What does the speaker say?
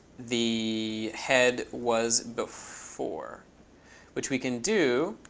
the head was before which we can do.